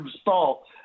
stall